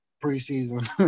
pre-season